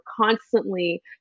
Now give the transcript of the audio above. constantly